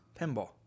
pinball